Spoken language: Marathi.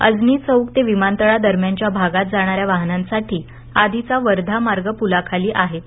अजनी चौक ते विमानतळा दरम्यानच्या भागात जाणाऱ्या वाहनांसाठी आधीचा वर्धामार्ग पुलाखाली आहेच